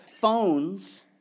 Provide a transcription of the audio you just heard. phones